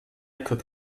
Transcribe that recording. could